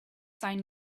sign